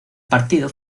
partido